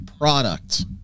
product